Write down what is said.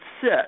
sit